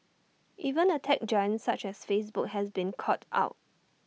even A tech giant such as Facebook has been caught out